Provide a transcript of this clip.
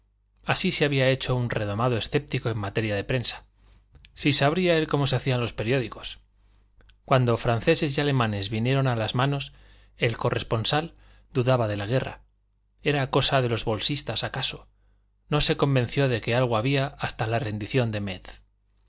así se había hecho un redomado escéptico en materia de prensa si sabría él cómo se hacían los periódicos cuando franceses y alemanes vinieron a las manos el corresponsal dudaba de la guerra era cosa de los bolsistas acaso no se convenció de que algo había hasta la rendición de metz